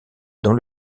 dans